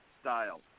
style